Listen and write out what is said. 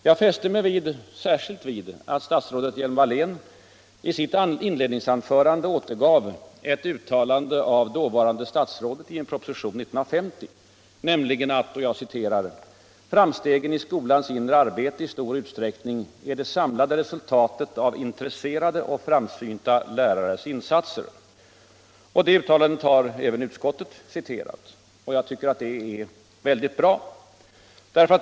Jag fäste mig särskilt vid att statsrådet Hjelm-Wallén i sitt inledningsanförande återgav ett uttalande av dåvarande statsrådet i en proposition 1950 om att ”framstegen i skolans inre arbete i stor utsträckning är det samlade resultatet av intresserade och framsynta lärares insatser”. Det uttalandet har även utskottet hänvisat till. Jag tycker att uttalandet är bra.